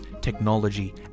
technology